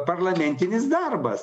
parlamentinis darbas